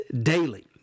daily